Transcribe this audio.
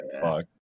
Fuck